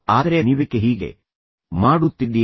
ಆದರೆ ನೀವೇಕೆ ಹೀಗೆ ಮಾಡುತ್ತಿದ್ದೀರಿ